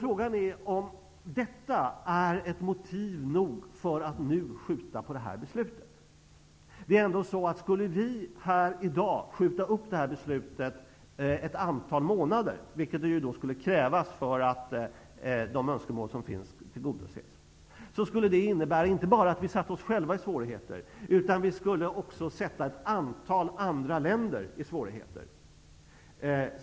Frågan är om detta är motiv nog för att skjuta på beslutet om ett EES-avtal. Om vi i dag skulle skjuta upp beslutet ett antal månader -- som det skulle krävas för att tillgodose de önskemål som finns -- skulle det innebära att vi satte inte bara oss själva i svårigheter, utan vi skulle även sätta ett antal andra länder i svårigheter.